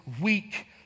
weak